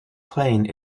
plane